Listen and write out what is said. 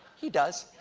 he does,